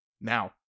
Now